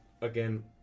again